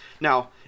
Now